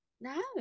No